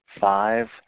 five